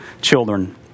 children